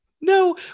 No